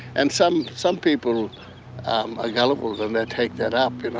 and some some people are gullible and they'll take that up, you know,